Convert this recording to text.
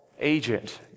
agent